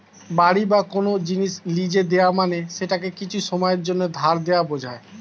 বাড়ি বা কোন জিনিস লীজে দেওয়া মানে সেটাকে কিছু সময়ের জন্যে ধার দেওয়া বোঝায়